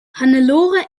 hannelore